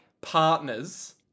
partners